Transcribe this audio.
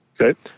Okay